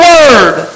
Word